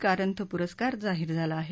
कारंथ पुरस्कार जाहीर झाला आहे